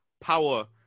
power